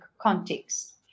context